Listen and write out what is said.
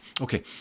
Okay